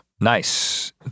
nice